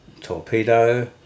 torpedo